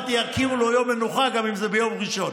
אמרתי שיכירו לו יום מנוחה גם אם זה ביום ראשון.